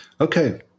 Okay